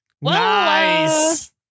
Nice